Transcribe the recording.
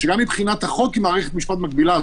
שגם מבחינת החוק היא מערכת משפט מקבילה.